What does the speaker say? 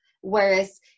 whereas